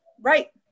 Right